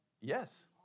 Yes